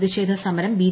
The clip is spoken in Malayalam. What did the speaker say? പ്രതിഷേധ സമരം ബി